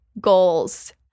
goals